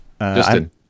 Justin